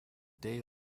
day